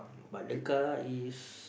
but the car is